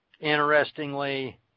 interestingly